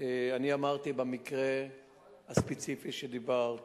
אני אמרתי שבמקרה הספציפי שדיברת